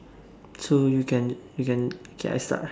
so you can you can k I start ah